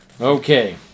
Okay